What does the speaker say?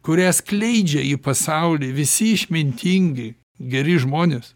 kurią skleidžia į pasaulį visi išmintingi geri žmonės